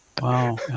Wow